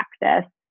practice